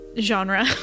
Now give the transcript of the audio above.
genre